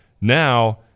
Now